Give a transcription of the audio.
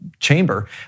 chamber